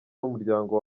n’umuryango